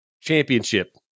Championship